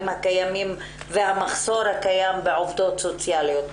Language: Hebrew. הקיימים והמחסור הקיים בעובדות סוציאליות.